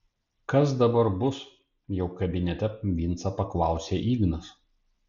kas dabar bus jau kabinete vincą paklausė ignas